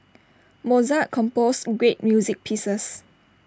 Mozart composed great music pieces